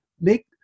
make